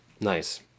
nice